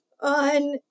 on